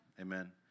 Amen